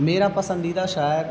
میرا پسندیدہ شاعر